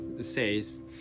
says